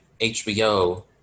HBO